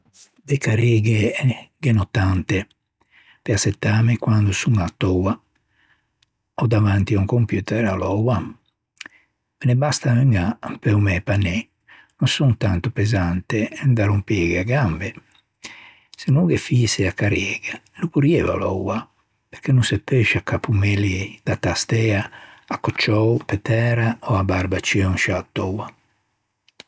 De carreghe ghe n'ò tante pe assettâme quande son à töa ò davanti à un computer à louâ. Ne basta uña pe-o mæ panî, no son tanto pesante da rompîghe e gambe. Se no ghe foïse a carrega, no porrieiva louâ perché no se peu sciaccâ i pommelli da tastea accocciou pe tæra ò abbarbacio in sciâ töa.